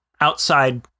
outside